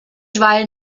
divided